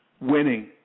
winning